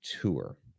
tour